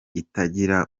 itagira